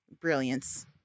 Brilliance